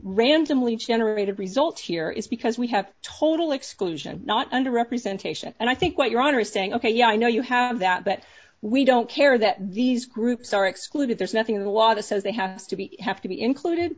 randomly generated result here is because we have total exclusion not under representation and i think what your honor is saying ok i know you have that but we don't care that these groups are excluded there's nothing in the law that says they have to be have to be included